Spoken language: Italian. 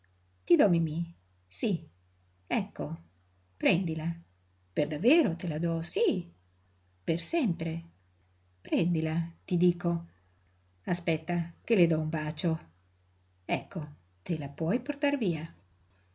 do mimí sí ecco prendila per davvero te la do sí per sempre prendila ti dico aspetta che le do un bacio ecco te la puoi portar via